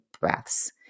breaths